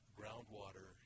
groundwater